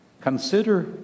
consider